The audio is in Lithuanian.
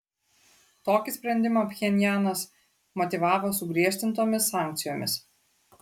tokį sprendimą pchenjanas motyvavo sugriežtintomis sankcijomis